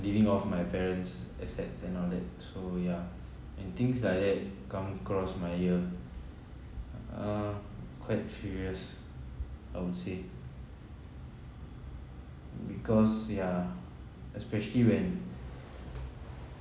living off my parents' assets and all that so yeah when things like that come cross my ear uh quite furious I would say because yeah especially when